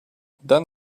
then